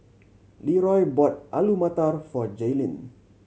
Leeroy bought Alu Matar for Jaelyn